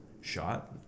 shot